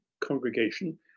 congregation